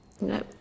No